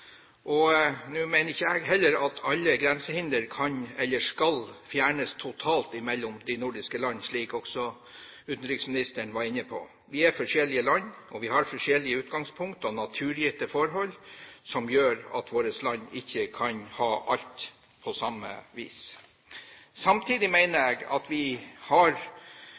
Nå mener heller ikke jeg at alle grensehindre kan eller skal fjernes totalt mellom de nordiske land, slik også utenriksministeren var inne på. Vi er forskjellige land, og vi har forskjellige utgangspunkt og naturgitte forhold som gjør at våre land ikke kan ha alt på samme vis. Samtidig mener jeg at vi